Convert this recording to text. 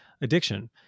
addiction